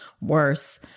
worse